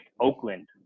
Oakland